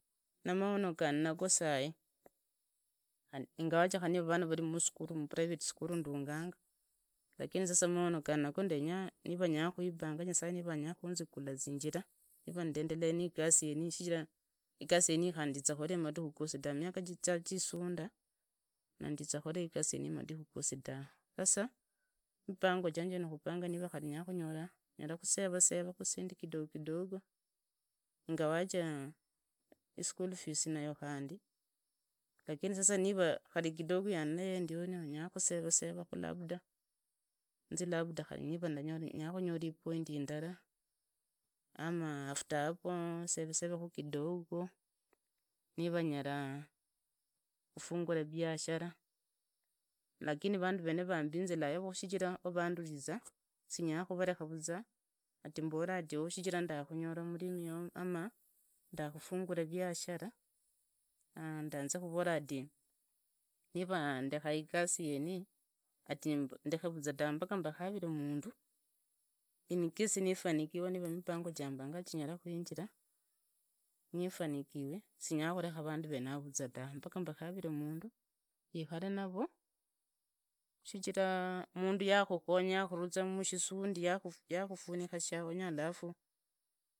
Namaono gandi nago sai, inyawaje vana vari muprivate school ndungungu lakini sasa maono yanago ganyekhanga nivanyakhuibunga niva nyasaye anfaakhuzinguriva zinjira niva neendelea nigasi yeniyi sichiraa igasi yeniyi irarakhu kumadhikhugosi gizaa ta, micha jizaa jisunda mandizaa khole igasi yeniyi khumadikhu gosi ta. Sasa mipango junje nikhubanga khari niva nyalakhanyola, ngalalikuseva zisendi kidogo kidogo ingawajt school fees nayo khundi, lakini nira sasa khari kidogo yandayo ndiono ndinya nyala kuseva khu labda, inze labda yalakhunyola pointi indala, ama after hapo usevesere kidogo niva nyala khufungula viashara lakini vundu vone vaambinzila yavo shichira wavanduliza nyala khurarekha vuza, mbore shichira ndukhunyole murina wa ama ndakhufungula nashara, ndaanze khurola ati, nira ndekhaa igasi yeniyi, ati ndekhe vuzwa ta, paka rakhunive mundu, incase nifanikwe niva mipango ya mbanga uiji jinyalakhuinjira, nifanikiwe sinyalaa khurekha vandu varaa. Vuzwe tawe mbaku vakhuivire mundu yiukhaire nawe shichira mundu yakhukhanya yakhururiza muhishishindi, yakhukhurika shaonyo alafu.